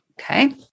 Okay